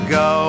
go